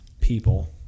people